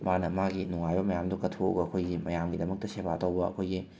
ꯃꯥꯅ ꯃꯥꯒꯤ ꯅꯨꯡꯉꯥꯏꯕ ꯃꯌꯥꯝꯗꯣ ꯀꯠꯊꯣꯛꯑꯒ ꯑꯩꯈꯣꯏꯒꯤ ꯃꯌꯥꯝꯒꯤꯗꯃꯛꯇ ꯁꯦꯕꯥ ꯇꯧꯕ ꯑꯩꯈꯣꯏꯒꯤ